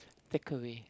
takeaway